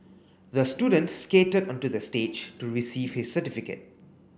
the student skated onto the stage to receive his certificate